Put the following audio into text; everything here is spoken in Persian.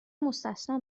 مستثنی